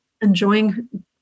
enjoying